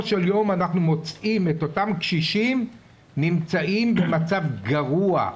של יום אנחנו מוצאים את אותם קשישים במצב גרוע,